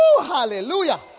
hallelujah